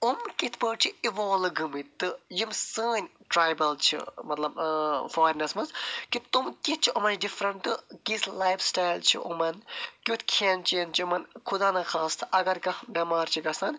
یِم کِتھ پٲٹھۍ چھِ اِوالوٗ گٔمٕتۍ تہٕ یِم سٲنۍ ٹرٛایبَل چھِ مطلب ٲں فارِیَنَس منٛز کہِ تِم کیٛازِ چھِ یِمو نِش ڈِفرَنٹہٕ تہٕ کِتھۍ لایف سِٹایل چھُ یِمَن کیٛتھ کھیٚن چیٚن چھُ یِمَن خُدا نَخواستہٕ اَگر کانٛہہ بیٚمار چھُ گژھان